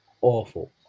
Awful